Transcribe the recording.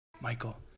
Michael